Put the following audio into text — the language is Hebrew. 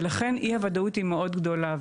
ולכן אי הוודאות היא מאוד גדולה,